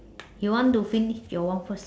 you want to finish your one first